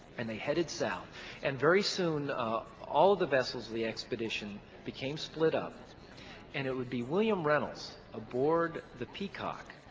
and they headed south and very soon all of the vessels of the expedition became split up and it would be william reynolds, aboard the peacock,